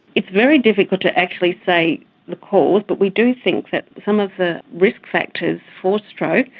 it's very difficult to actually say the cause, but we do think that some of the risk factors for stroke,